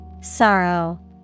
Sorrow